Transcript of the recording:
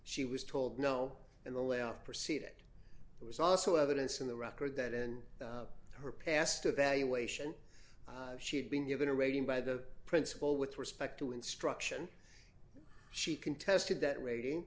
she was told no and the layoff proceeded it was also evidence in the record that in her past evaluation she had been given a rating by the principal with respect to instruction she contested that rating